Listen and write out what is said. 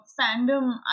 fandom